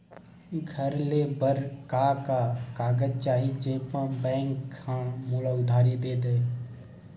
घर ले बर का का कागज चाही जेम मा बैंक हा मोला उधारी दे दय?